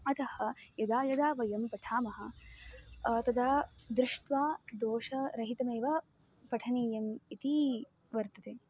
अतः यदा यदा वयं पठामः तदा दृष्ट्वा दोषरहितमेव पठनीयम् इति वर्तते